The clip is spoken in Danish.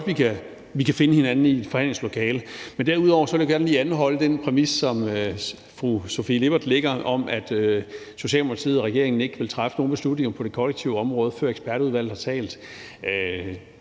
vi kan finde hinanden i et forhandlingslokale. Derudover vil jeg gerne lige anholde den præmis, som fru Sofie Lippert lægger, om, at Socialdemokratiet og regeringen ikke vil træffe nogle beslutninger på det kollektive område, før ekspertudvalget har talt.